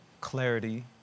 clarity